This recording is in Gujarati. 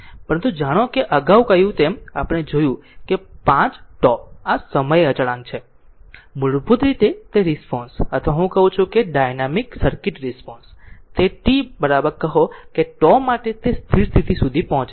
પરંતુ જાણો કે અગાઉ કહે છે કે આપણે જોયું છે કે 5τ સમય અચળાંક છે મૂળભૂત રીતે કે રિસ્પોન્સ અથવા હું કહું છું કે ડાયનામિક સર્કિટ રિસ્પોન્સ તે t કહો τ માટે સ્થિર સ્થિતિ સુધી પહોંચે છે